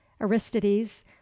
aristides